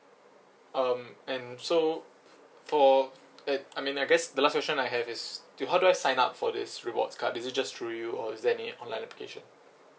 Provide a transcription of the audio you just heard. um and so for uh I mean I guess the last question I have is do how do I sign up for this rewards card is it just through you or is there any online application